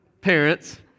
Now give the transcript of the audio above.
parents